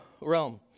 realm